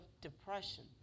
depression